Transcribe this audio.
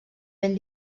ben